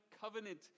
covenant